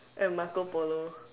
and Marco polo